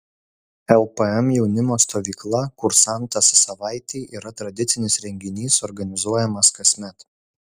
lpm jaunimo stovykla kursantas savaitei yra tradicinis renginys organizuojamas kasmet